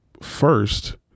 first